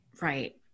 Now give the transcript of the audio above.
Right